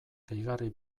gehigarri